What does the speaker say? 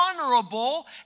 honorable